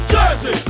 Jersey